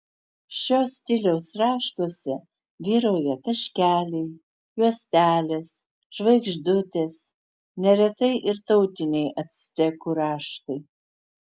šio stiliaus raštuose vyrauja taškeliai juostelės žvaigždutės neretai ir tautiniai actekų raštai